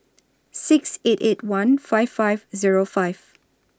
six eight eight one five five Zero five